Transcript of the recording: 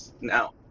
Now